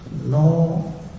No